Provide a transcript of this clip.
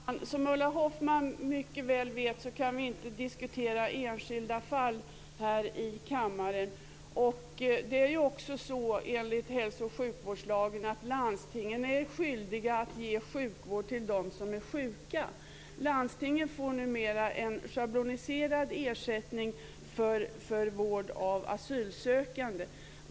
Fru talman! Som Ulla Hoffmann mycket väl vet kan vi inte diskutera enskilda fall här i kammaren. Enligt hälso och sjukvårdslagen är landstingen också skyldiga att ge sjukvård till dem som är sjuka. Landstingen får numera en schabloniserad ersättning för vård av asylsökande.